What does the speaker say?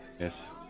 Yes